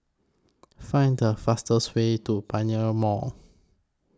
Find The fastest Way to Pioneer Mall